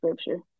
scripture